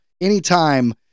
anytime